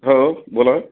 हो बोला